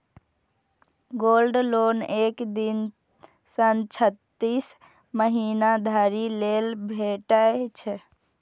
gold loan एक दिन सं छत्तीस महीना धरि लेल भेटै छै